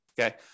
Okay